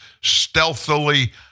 stealthily